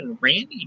Randy